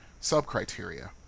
sub-criteria